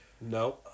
No